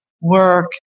work